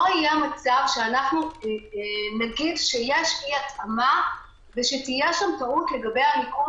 לא יהיה מצב שנגיד שיש אי-התאמה ושתהיה שם טעות לגבי המיקום